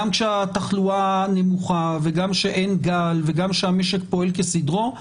גם כשהתחלואה נמוכה וגם כשאין גל וגם כשהמשק פועל כסדרו,